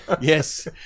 Yes